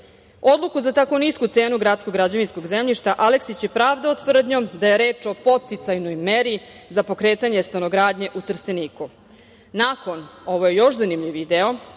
Odluku za tako nisku cenu gradskog građevinskog zemljišta Aleksić je pravdao tvrdnjom da je reč o podsticajnoj meri za pokretanje stanogradnje u Trsteniku. Nakon, ovo je još zanimljiviji